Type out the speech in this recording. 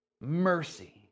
Mercy